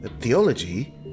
Theology